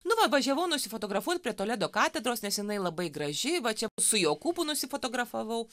nu va važiavau nusifotografuot prie toledo katedros nes jinai labai graži va čia su jokūbu nusifotografavau